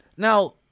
Now